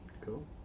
Cool